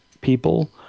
people